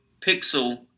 Pixel